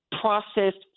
processed